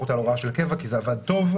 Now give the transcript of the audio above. אותה להוראה של קבע כי זה עבד טוב.